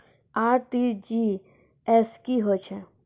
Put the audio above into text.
RTGS की होय छै?